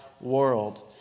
world